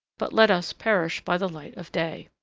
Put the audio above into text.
but let us perish by the light of day.